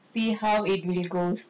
see how it goes